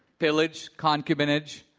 pillage, concubinage.